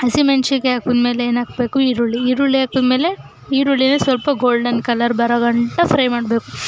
ಹಸಿಮೆಣಸಿನ್ಕಾಯಿ ಹಾಕಿದ್ಮೇಲೆ ಏನು ಹಾಕ್ಬೇಕು ಈರುಳ್ಳಿ ಈರುಳ್ಳಿ ಹಾಕಿದ್ಮೇಲೆ ಈರುಳ್ಳಿನ ಸ್ವಲ್ಪ ಗೋಲ್ಡನ್ ಕಲ್ಲರ್ ಬರೋ ಗಂಟ ಫ್ರೈ ಮಾಡಬೇಕು